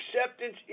acceptance